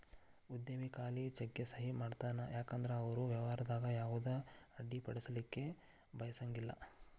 ಉದ್ಯಮಿ ಖಾಲಿ ಚೆಕ್ಗೆ ಸಹಿ ಮಾಡತಾನ ಯಾಕಂದ್ರ ಅವರು ವ್ಯವಹಾರದಾಗ ಯಾವುದ ಅಡ್ಡಿಪಡಿಸಲಿಕ್ಕೆ ಬಯಸಂಗಿಲ್ಲಾ